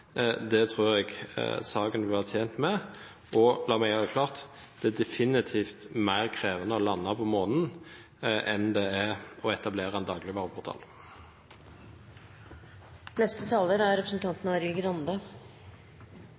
Det tror jeg saken vil være tjent med. Og la meg gjøre det klart: Det er definitivt mer krevende å lande på månen enn det er å etablere en